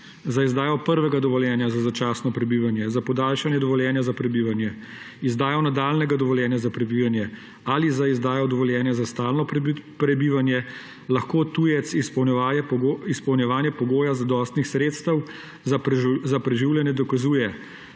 Za izdajo prvega dovoljenja za začasno prebivanje, za podaljšanje dovoljenja za prebivanje, izdajo nadaljnjega dovoljenja za prebivanje ali za izdajo dovoljenja za stalno prebivanje lahko tujec izpolnjevanje pogoja zadostnih sredstev za preživljanje dokazuje